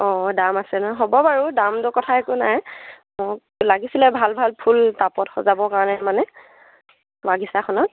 অঁ দাম আছে ন হ'ব বাৰু দাম দৰৰ কথা একো নাই মোক লাগিছিলে ভাল ভাল ফুল টাবত সজাবৰ কাৰণে মানে বাগিচাখনত